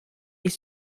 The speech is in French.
est